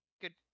Good